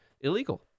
illegal